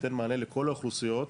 שייתן מענה לכל האוכלוסיות.